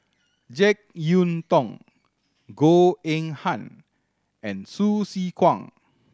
Jek Yeun Thong Goh Eng Han and Hsu Tse Kwang